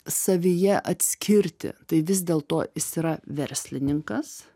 savyje atskirti tai vis dėlto jis yra verslininkas